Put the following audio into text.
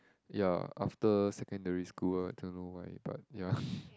ya after secondary school I don't know why but ya